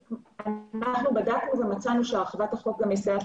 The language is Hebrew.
אנחנו בדקנו ומצאנו שהרחבת החוק מסייעת גם